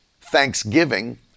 Thanksgiving